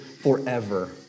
forever